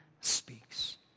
speaks